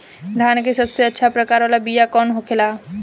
धान के सबसे अच्छा प्रकार वाला बीया कौन होखेला?